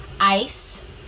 ice